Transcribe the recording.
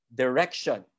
direction